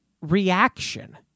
reaction